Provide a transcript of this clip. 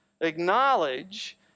acknowledge